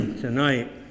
Tonight